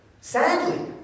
sadly